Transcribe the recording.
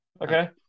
Okay